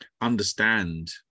understand